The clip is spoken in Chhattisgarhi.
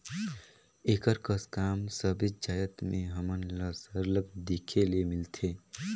एकर कस काम सबेच जाएत में हमन ल सरलग देखे ले मिलथे